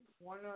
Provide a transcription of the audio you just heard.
one